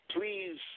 please